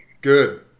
Good